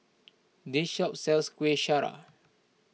this shop sells Kueh Syara